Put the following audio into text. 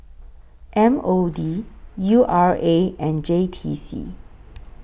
M O D U R A and J T C